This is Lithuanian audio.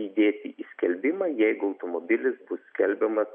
įdėti į skelbimą jeigu automobilis bus skelbiamas